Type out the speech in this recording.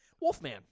Wolfman